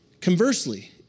Conversely